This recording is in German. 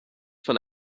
von